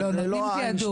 הוא לא איינשטיין.